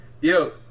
Yo